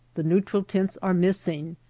the neutral tints are missing,